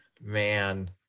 Man